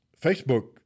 Facebook